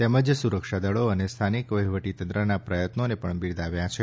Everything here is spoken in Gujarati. તેમજ સુરક્ષાદળો અને સ્થાનિક વહીવટીતંત્રના પ્રયત્નોને પણ બિરદાવ્યા છે